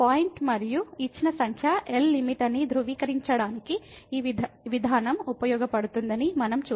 point మరియు ఇచ్చిన సంఖ్య L లిమిట్ అని ధృవీకరించడానికి ఈ విధానం ఉపయోగపడుతుందని మనం చూశాము